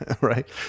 right